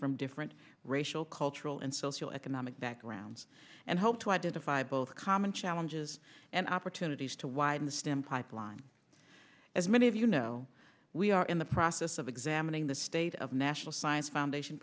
from different racial cultural and social economic backgrounds and help to identify both common challenges and opportunities to widen the stem pipeline as many of you know we are in the process of examining the state of national science foundation